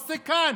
עושה כאן,